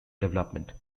development